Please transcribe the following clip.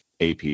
AP